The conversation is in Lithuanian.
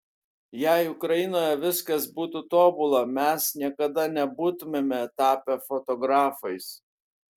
jei ukrainoje viskas būtų tobula mes niekada nebūtumėme tapę fotografais